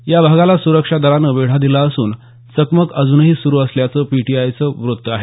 या भागाला सुरक्षा दलानं वेढा दिला असून चकमक अजूनही सुरू असल्याचं पीटीआयचं वृत्त आहे